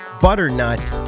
Butternut